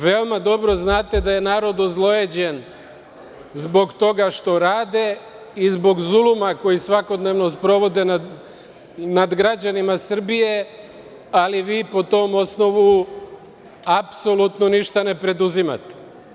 Veoma dobro znate da je narod ozlojeđen zbog toga što rade i zbog zuluma koji svakodnevno sprovode nad građanima Srbije, ali vi po tom osnovu apsolutno ništa ne preduzimate.